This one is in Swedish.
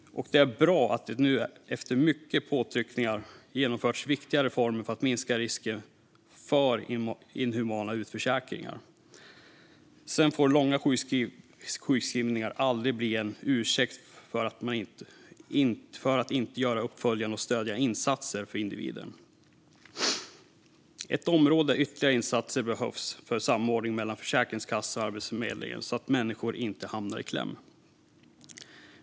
Det är bra att det nu, efter mycket påtryckningar, har genomförts viktiga reformer för att minska risken för inhumana utförsäkringar. Men långa sjukskrivningar får aldrig bli en ursäkt för att inte göra uppföljande och stödjande insatser för individen. Ett område där ytterligare insatser behövs är samordningen mellan Försäkringskassan och Arbetsförmedlingen, så att människor inte hamnar i kläm.